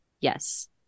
Yes